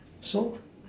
so